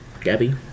Gabby